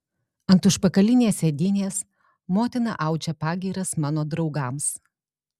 ant užpakalinės sėdynės motina audžia pagyras mano draugams